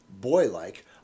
boy-like